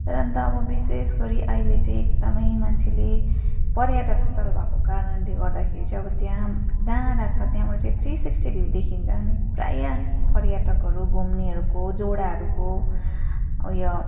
अन्त अब विशेष गरि आहिले चाहिँ एकदमै मान्छेले पर्यटकस्थल भएको कारणले गर्दाखेरि चाहिँ अब त्यहाँ डाँडा छ त्यहाँबाट चाहिँ थ्री सिक्स्टी भ्यु देखिन्छ अनि प्रायः पर्यटकहरू घुम्नेहरूको जोडाहरूको अब यो